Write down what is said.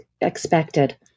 expected